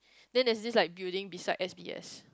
then there this like building beside S_D_S